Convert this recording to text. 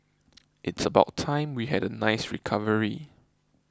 it's about time we had a nice recovery